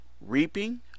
reaping